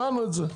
הבנו את זה.